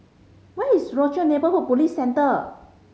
where is Rochor Neighborhood Police Centre